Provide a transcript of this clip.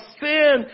sin